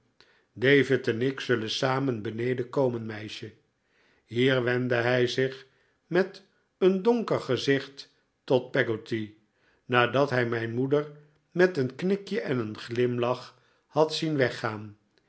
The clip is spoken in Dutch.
en ik zullen samen beneden komen meisje hier wendde hij zich met een donker gezicht tot peggotty nadat hij mijn moeder met een knikje en een glimlach had zien weggaan